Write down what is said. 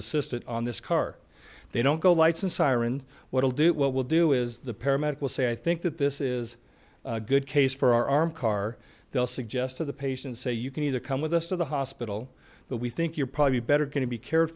assistant on this car they don't go lights and siren what'll do it what will do is the paramedic will say i think that this is a good case for arm car they'll suggest to the patient say you can either come with us to the hospital but we think you're probably better going to be cared